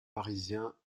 parisien